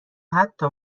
حتی